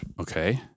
okay